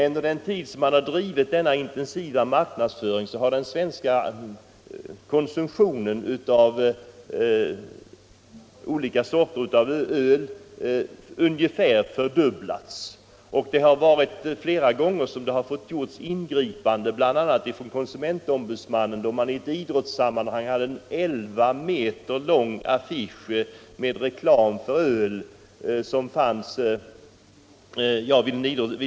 Under den tid som denna intensiva marknadsföring har bedrivits har den svenska kon 185 sumtionen av olika sorters öl ungefär fördubblats. Flera gånger har ingripanden fått göras, bl.a. från KO. Vid en idrottstillställning fanns en elva meter lång affisch med reklam för öl, vilken KO ingrep mot.